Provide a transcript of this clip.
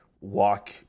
walk